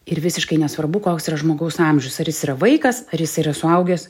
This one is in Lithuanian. ir visiškai nesvarbu koks yra žmogaus amžius ar jis yra vaikas ar jis yra suaugęs